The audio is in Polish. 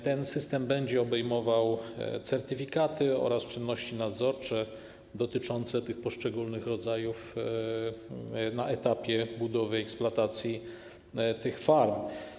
Ten system będzie obejmował certyfikaty oraz czynności nadzorcze dotyczące poszczególnych rodzajów na etapie budowy i eksploatacji tych farm.